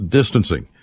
distancing